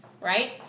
right